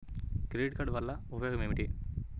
Credit card వల్ల ఉపయోగం ఏమిటీ?